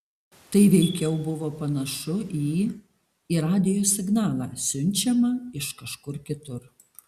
tai veikiau buvo panašu į į radijo signalą siunčiamą iš kažkur kitur